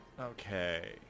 Okay